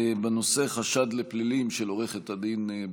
בנושא חשד לפלילים של עו"ד בן-ארי.